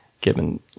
given